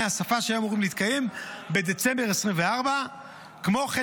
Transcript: השפה שהיו אמורים להתקיים בדצמבר 2024. כמו כן,